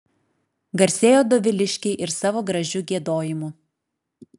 garsėjo doviliškiai ir savo gražiu giedojimu